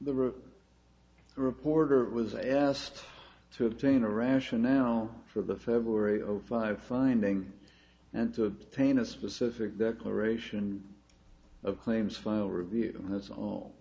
the route the reporter was asked to obtain a rational now for the february of five finding and to train a specific decoration of claims file review that's all